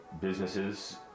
businesses